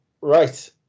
Right